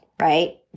right